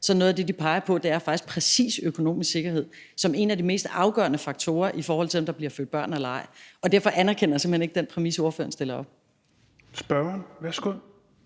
er noget af det, de peger på, faktisk præcis økonomisk sikkerhed som en af de mest afgørende faktorer, i forhold til om der bliver født børn eller ej, og derfor anerkender jeg simpelt hen ikke den præmis, spørgeren stiller op. Kl. 14:17 Tredje